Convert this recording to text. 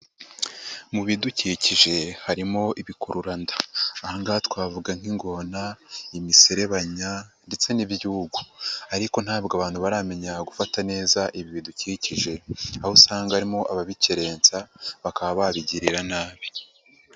Mu bidukikije harimo ibikururanda, aha ngaha twavuga nk'ingona, imiserebanya ndetse n'ibyugu ariko ntabwo abantu baramenya gufata neza ibi bidukikije, aho usanga harimo ababikerensa bakaba babigirira nabi.